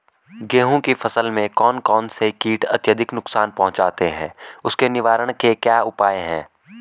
गेहूँ की फसल में कौन कौन से कीट अत्यधिक नुकसान पहुंचाते हैं उसके निवारण के क्या उपाय हैं?